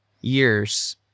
years